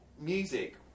music